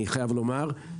אני חייב לומר,